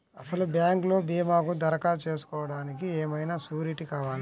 అసలు బ్యాంక్లో భీమాకు దరఖాస్తు చేసుకోవడానికి ఏమయినా సూరీటీ కావాలా?